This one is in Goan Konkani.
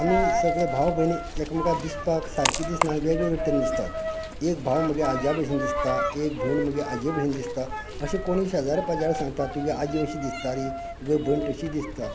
आमी सगळे भाव भयणां एकमेकांक दिसपाक सारकीं दिसनात वेगवेगळीं दिसतात एक भाव म्हगे आजा भशेन दिसता एक भयण म्हगे आजे भशेन दिसता अशी कोणी शेजारी पाजारी तुगे आजी अशीं दिसताली तुगे भयण तशींच दिसता